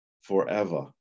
forever